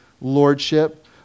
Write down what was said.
lordship